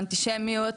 או אנטישמיות,